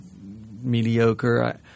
mediocre